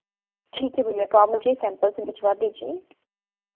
ठीक है भैया तो आप मुझे सैम्पल्स भिजवा दीजिए